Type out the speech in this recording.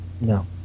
No